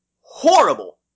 Horrible